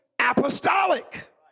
apostolic